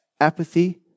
apathy